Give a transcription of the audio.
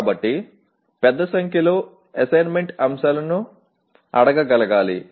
కాబట్టి పెద్ద సంఖ్యలో అసెస్మెంట్ అంశాలను అడగగలగాలి